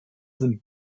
sind